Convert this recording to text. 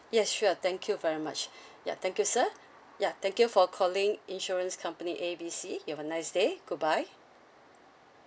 yes sure thank you very much ya thank you sir ya thank you for calling insurance company A B C you've a nice day goodbye